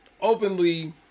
openly